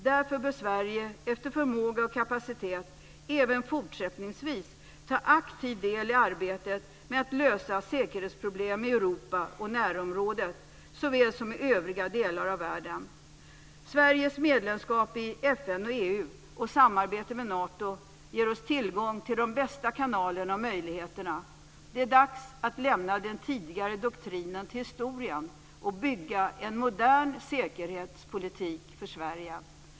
Därför bör Sverige efter förmåga och kapacitet även fortsättningsvis aktivt ta del i arbetet med att lösa säkerhetsproblem såväl i Europa och i närområdet som i övriga delar av världen. Sveriges medlemskap i FN och EU och samarbete med Nato ger oss tillgång till de bästa kanalerna och möjligheterna. Det är dags att lämna den tidigare doktrinen till historien och att bygga en modern säkerhetspolitik för Sverige.